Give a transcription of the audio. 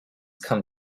come